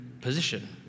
position